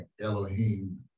Elohim